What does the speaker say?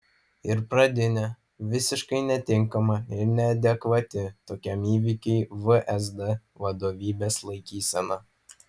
ir pradinė visiškai netinkama ir neadekvati tokiam įvykiui vsd vadovybės laikysena